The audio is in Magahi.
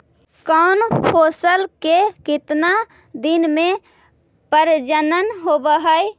कौन फैसल के कितना दिन मे परजनन होब हय?